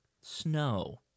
snow